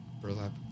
Burlap